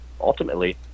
ultimately